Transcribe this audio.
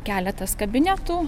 keletas kabinetų